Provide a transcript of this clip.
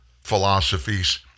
philosophies